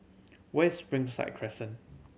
where's Springside Crescent